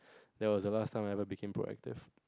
that was the last time I ever became proactive